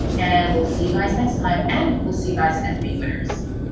and we'll see you guys next time. and we'll see you guys in fba winners.